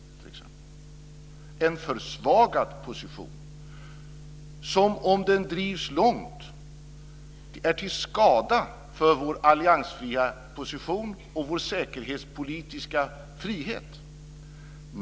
Det skulle vara en försvagad position som, om den drevs långt, vore till skada för vår alliansfria position och vår säkerhetspolitiska frihet.